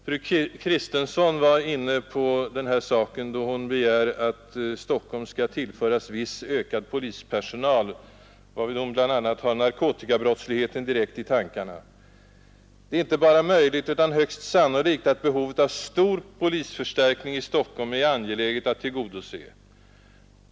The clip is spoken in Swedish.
Fru Kristensson var inne på den här saken, då hon begärde att Stockholm skulle tillföras viss ökad polispersonal, varvid hon bl.a. hade narkotikabrottsligheten direkt i tankarna. Det är inte bara möjligt utan högst sannolikt att behovet av stor polisförstärkning i Stockholm är angeläget att tillgodose.